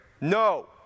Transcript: No